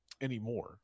anymore